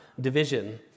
division